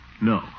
No